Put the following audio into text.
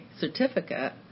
certificate